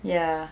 ya